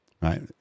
Right